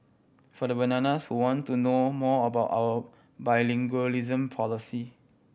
for the bananas who want to know more about our bilingualism policy